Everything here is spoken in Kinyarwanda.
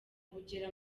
bugera